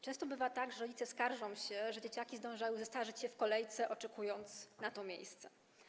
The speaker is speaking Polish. Często bywa tak, że rodzice skarżą się, że dzieciaki zdążyły zestarzeć się w kolejce, oczekując na to miejsce.